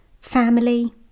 family